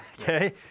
Okay